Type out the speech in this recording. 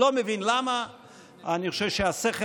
אני לא מבין למה,